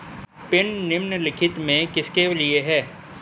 Pin निम्नलिखित में से किसके लिए है?